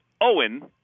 Owen